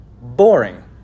boring